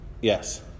Yes